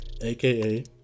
aka